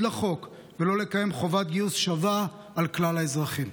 לחוק ולא לקיים חובת גיוס שווה לכלל האזרחים?